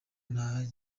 nta